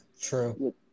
true